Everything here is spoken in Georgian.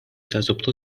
სასოფლო